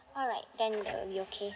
alright then that would be okay